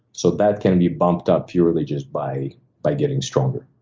so that can be pumped up purely just by by getting stronger.